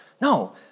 no